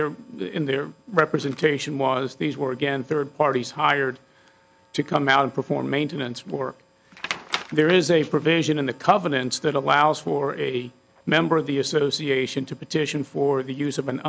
their in their representation was these were again third parties hired to come out and perform maintenance work there is a provision in the covenants that allows for a member of the association to petition for the use of an